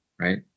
right